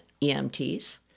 EMTs